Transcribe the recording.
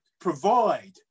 provide